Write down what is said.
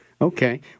Okay